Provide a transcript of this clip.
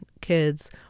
kids